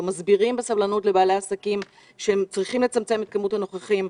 או מסבירים בסבלנות לבעלי עסקים שהם צריכים לצמצם את כמות הנוכחית.